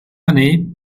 année